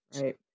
right